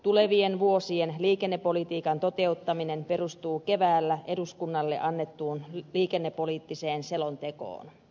tulevien vuosien liikennepolitiikan toteuttaminen perustuu keväällä eduskunnalle annettuun liikennepoliittiseen selontekoon